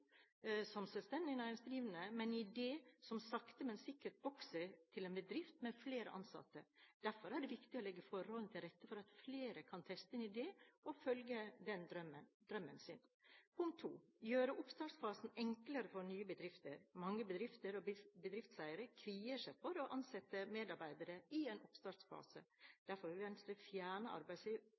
som selvstendig næringsdrivende med en idé som sakte, men sikkert vokser til en bedrift med flere ansatte. Derfor er det viktig å legge forholdene til rette for at flere kan teste en idé og følge drømmen sin. Venstre vil gjøre oppstartsfasen enklere for nye bedrifter. Mange bedrifter og bedriftseiere kvier seg for å ansette medarbeidere i en oppstartsfase. Derfor vil Venstre fjerne